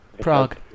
Prague